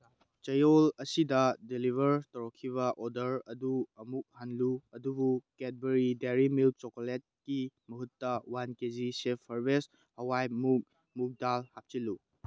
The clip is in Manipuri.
ꯆꯌꯣꯜ ꯑꯁꯤꯗ ꯗꯦꯂꯤꯚꯔ ꯇꯧꯔꯛꯈꯤꯕ ꯑꯣꯔꯗꯔ ꯑꯗꯨ ꯑꯃꯨꯛ ꯍꯜꯂꯨ ꯑꯗꯨꯕꯨ ꯀꯦꯠꯕꯔꯤ ꯗꯦꯔꯤ ꯃꯤꯜꯛ ꯆꯣꯀꯂꯦꯠꯀꯤ ꯃꯍꯨꯠꯇ ꯋꯥꯟ ꯀꯦ ꯖꯤ ꯁꯦꯞ ꯍꯥꯔꯚꯦꯁ ꯍꯋꯥꯏ ꯃꯨꯛ ꯃꯨꯛ ꯗꯥꯜ ꯍꯥꯞꯆꯤꯜꯂꯨ